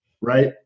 right